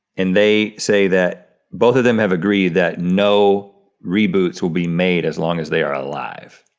and they say that both of them have agreed that no reboots will be made as long as they are alive.